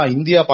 India